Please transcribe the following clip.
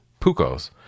Pucos